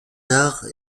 arts